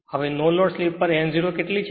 હવે no load speed n 0 કેટલી છે